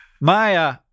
Maya